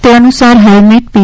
તે અનુસાર હેલમેટ પી